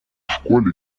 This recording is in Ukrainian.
школі